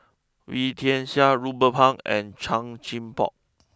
Wee Tian Siak Ruben Pang and Chan Chin Bock